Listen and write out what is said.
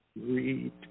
read